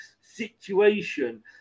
situation